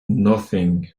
nothing